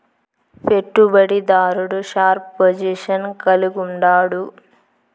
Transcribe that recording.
పెట్టుబడి దారుడు sharp position కలిగుండాడు